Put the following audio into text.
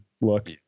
look